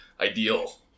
ideal